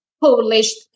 published